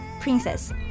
princess